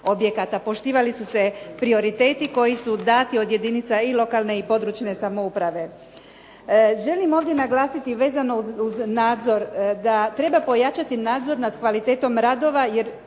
Poštivali su se prioriteti koji su dati od jedinica i lokalne i područne samouprave.